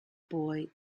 boy